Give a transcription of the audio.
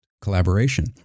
collaboration